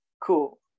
cool